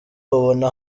ubona